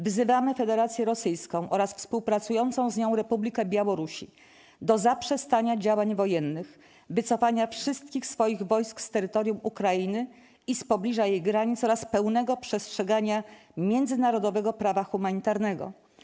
Wzywamy Federację Rosyjską oraz współpracującą z nią Republikę Białorusi do zaprzestania działań wojennych, wycofania wszystkich swoich wojsk z terytorium Ukrainy i z pobliża jej granic oraz pełnego przestrzegania międzynarodowego prawa humanitarnego.